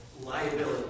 Liability